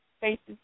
faces